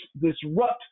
disrupt